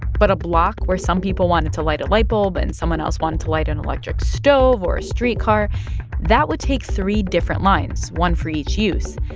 but a block where some people wanted to light a light bulb and someone else wanted to light an electric stove or a streetcar that would take three different lines, one for each use.